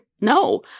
no